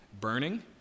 burning